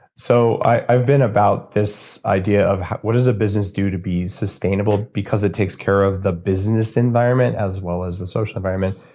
so i've been about this idea of, what is a business do to be sustainable, because it takes care of the business environment as well as the social environment.